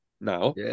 now